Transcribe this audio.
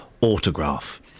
autograph